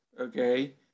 okay